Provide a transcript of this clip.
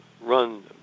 run